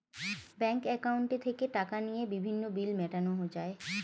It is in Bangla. ব্যাংক অ্যাকাউন্টে থেকে টাকা নিয়ে বিভিন্ন বিল মেটানো যায়